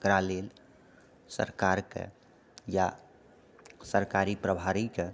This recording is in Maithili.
ओकरा लेल सरकारके या सरकारी प्रभारीके